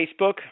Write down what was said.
Facebook